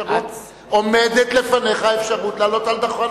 עומדת לפניך האפשרות לעלות על הדוכן,